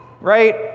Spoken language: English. right